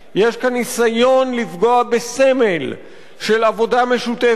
יש כאן ניסיון לפגוע בסמל של עבודה משותפת,